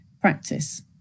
practice